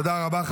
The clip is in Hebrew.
תודה רבה.